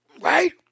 right